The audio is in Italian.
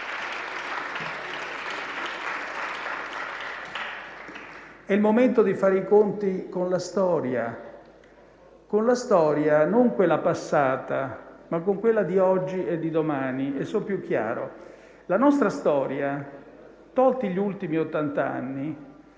è il momento di fare i conti con la storia, non con quella passata ma con quella di oggi e di domani. Sono più chiaro: la nostra storia, tolti gli ultimi ottant'anni,